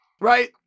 right